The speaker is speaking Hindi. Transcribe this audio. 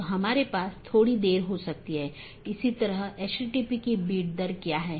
तो यह नेटवर्क लेयर रीचैबिलिटी की जानकारी है